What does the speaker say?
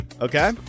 Okay